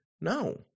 No